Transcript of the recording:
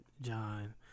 John